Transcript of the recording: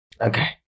Okay